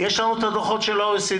יש לנו את הדוחות של ה-OECD.